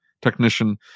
Technician